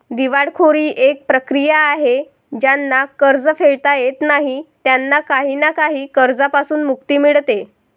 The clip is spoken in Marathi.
दिवाळखोरी एक प्रक्रिया आहे ज्यांना कर्ज फेडता येत नाही त्यांना काही ना काही कर्जांपासून मुक्ती मिडते